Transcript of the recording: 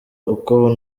uko